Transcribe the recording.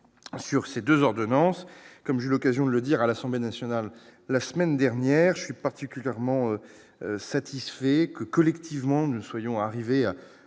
sur ces 2 ordonnances comme je l'occasion de le dire à l'Assemblée nationale la semaine dernière, je suis particulièrement satisfait que collectivement nous soyons arrivés à